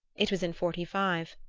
it was in forty five.